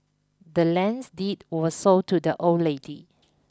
the land's deed was sold to the old lady